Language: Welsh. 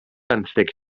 benthyg